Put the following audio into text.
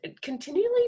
continually